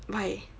why